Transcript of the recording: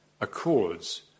accords